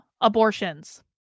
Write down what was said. abortions